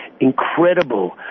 Incredible